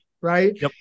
Right